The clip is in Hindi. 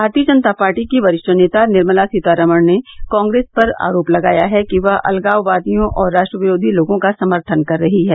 भारतीय जनता पार्टी की वरिष्ठ नेता निर्मला सीतारमन ने कांग्रेस पर आरोप लगाया है कि वह अलगाववादियों और राष्ट्र विरोधी लोगों का समर्थन कर रही है